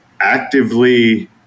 actively